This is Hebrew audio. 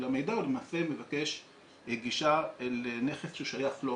המידע הוא למעשה מבקש גישה אל נכס ששייך לו.